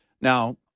Now